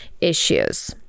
issues